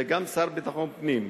זה גם שר לביטחון פנים.